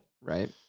right